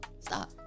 stop